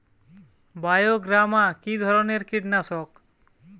বায়োগ্রামা কিধরনের কীটনাশক?